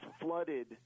flooded